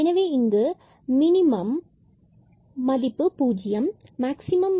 எனவே இங்கு மினிமம் மதிப்பு பூஜ்யம்